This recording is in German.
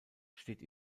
steht